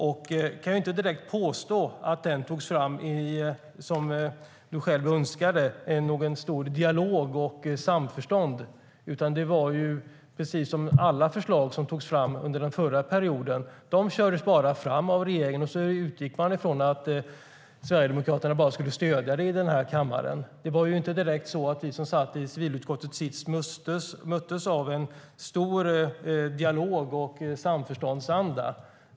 Jag kan inte direkt påstå att den togs fram i brett samförstånd efter en dialog, som Ewa Thalén Finné själv önskade, utan det var som med alla andra förslag som togs fram under den förra mandatperioden. Förslagen kördes bara fram av regeringen, och så utgick man från att Sverigedemokraterna skulle stödja dem i den här kammaren. Det var inte direkt så att vi som satt i civilutskottet möttes av en stor dialog och samförståndsanda.